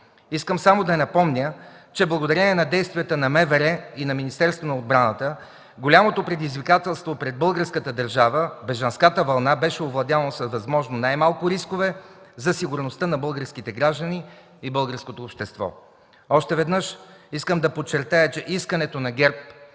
Искам само да напомня, че благодарение на действията на МВР и на Министерството на отбраната голямото предизвикателство пред българската държава – бежанската вълна, беше овладяна с възможно най-малко рискове за сигурността на българските граждани и българското общество. Още веднъж искам да подчертая, че искането на ГЕРБ